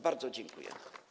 Bardzo dziękuję.